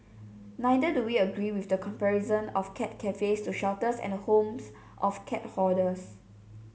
neither do we agree with the comparison of cat cafes to shelters and the homes of cat hoarders